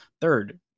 third